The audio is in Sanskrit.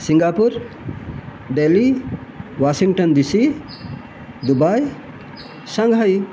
Singapore Delhi Washington D C Dubai Shanghai